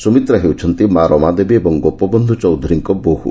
ସୁମିତ୍ରା ହେଉଛନ୍ତି ମା' ରମାଦେବୀ ଏବଂ ଗୋପବନ୍ଧୁ ଚୌଧୁରୀଙ୍କ ବୋହ୍